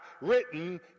written